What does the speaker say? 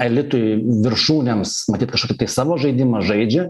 elitui viršūnėms matyt kažkokį tai savo žaidimą žaidžia